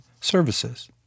services